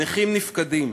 נכים נפקדים,